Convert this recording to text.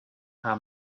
how